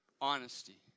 Honesty